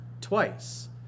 twice